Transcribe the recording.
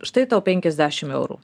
štai tau penkiasdešim eurų